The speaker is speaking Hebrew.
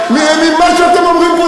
ממה שאתם אומרים פה,